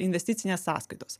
investicinės sąskaitos